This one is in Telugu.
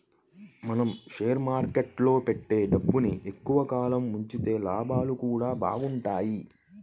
మనం షేర్ మార్కెట్టులో పెట్టే డబ్బుని ఎక్కువ కాలం ఉంచితే లాభాలు గూడా బాగుంటయ్